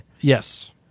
Yes